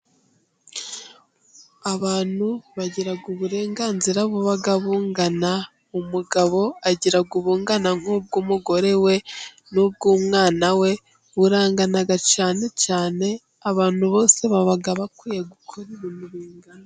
Abantu bagira uburenganzira buba bungana. umugabo agiraga ubungana nk'ubw'umugore we n'ubw'umwana we burangana cyane cyane abantu bose baba bakwiye gukora ibintu.......